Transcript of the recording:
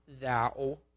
thou